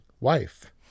wife